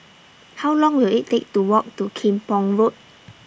How Long Will IT Take to Walk to Kim Pong Road